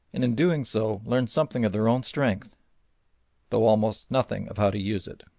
and in doing so learned something of their own strength though almost nothing of how to use it.